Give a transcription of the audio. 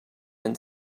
and